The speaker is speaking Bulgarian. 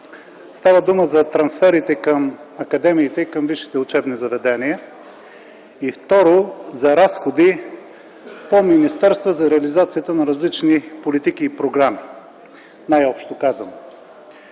Става дума за трансферите към академиите и към висшите учебни заведения и, второ, за разходи по министерства за реализацията на различни политики и програми, най-общо казано.